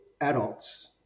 adults